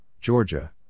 Georgia